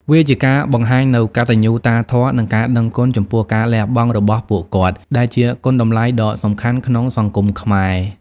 វាជាការបង្ហាញនូវកតញ្ញូតាធម៌ និងការដឹងគុណចំពោះការលះបង់របស់ពួកគាត់ ដែលជាគុណតម្លៃដ៏សំខាន់ក្នុងសង្គមខ្មែរ។